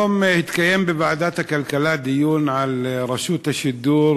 היום התקיים בוועדת הכלכלה דיון על רשות השידור